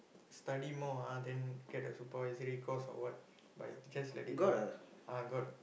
study more ah then get a supervisory course or what but I just let it go I got